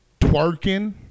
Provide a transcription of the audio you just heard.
Twerking